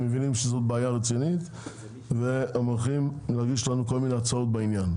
הם מבינים שזאת בעיה רצינית והם הולכים להגיש לנו כל מיני הצעות בעניין.